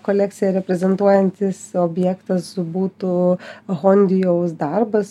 kolekciją reprezentuojantis objektas būtų hondijaus darbas